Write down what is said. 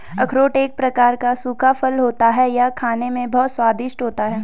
अखरोट एक प्रकार का सूखा फल होता है यह खाने में बहुत ही स्वादिष्ट होता है